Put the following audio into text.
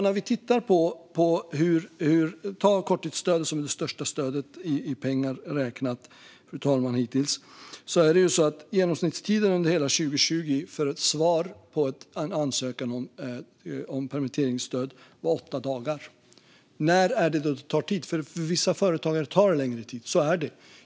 När det gäller till exempel korttidsstödet, som är det största stödet i pengar räknat hittills, var genomsnittstiden under hela 2020 för svar på en ansökan om permitteringsstöd åtta dagar. Vad är det då som tar tid? För vissa företagare tar det längre tid, så är det.